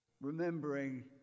remembering